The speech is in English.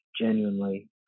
genuinely